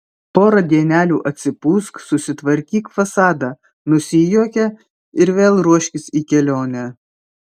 porą dienelių atsipūsk susitvarkyk fasadą nusijuokė ir vėl ruoškis į kelionę